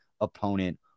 opponent